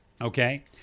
Okay